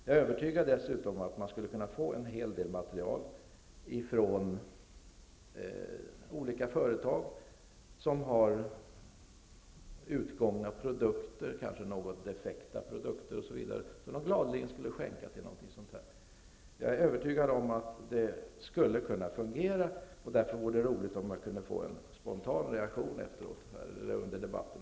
Jag är dessutom övertygad om att man skulle kunna få en hel del material från olika företag, som har utgångna produkter, kanske något defekta produkter osv., som de gladeligen skulle skänka. Jag är övertygad om att det skulle fungera, och därför vore det roligt om jag kunde få en spontan reaktion från socialministern under debatten.